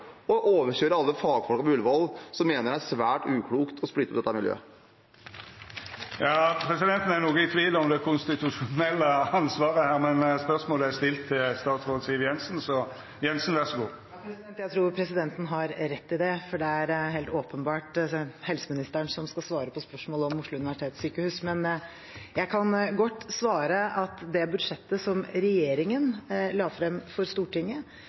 og overkjøre alle fagfolk på Ullevål, som mener det er svært uklokt å splitte dette miljøet? Presidenten er noko i tvil om det konstitusjonelle ansvaret her, men spørsmålet er stilt til statsråd Siv Jensen, så ver så god, statsråd Siv Jensen! Jeg tror presidenten har rett i det, for det er helt åpenbart helseministeren som skal svare på spørsmål om Oslo universitetssykehus. Men jeg kan godt svare at det budsjettet som regjeringen la frem for Stortinget,